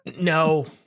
no